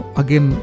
again